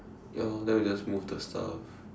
ya lor then we just move the stuff